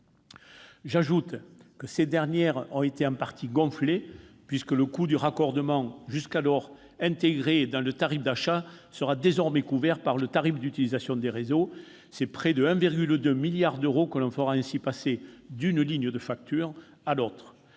J'ajoute que ces dernières ont été en partie gonflées, puisque le coût du raccordement, jusqu'alors intégré dans le tarif d'achat, sera désormais couvert par le tarif d'utilisation des réseaux : c'est près de 1,2 milliard d'euros que l'on fera ainsi passer d'une ligne de facture à l'autre.